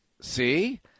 See